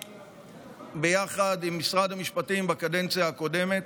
ביחד עם משרד המשפטים בקדנציה הקודמת.